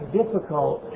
difficult